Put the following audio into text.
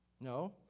No